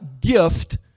gift